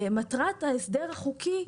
מטרת ההסדר החוקי,